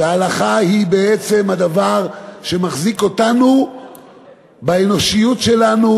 וההלכה היא בעצם הדבר שמחזיק אותנו באנושיות שלנו,